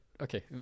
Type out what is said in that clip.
Okay